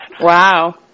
Wow